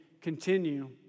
continue